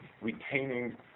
retaining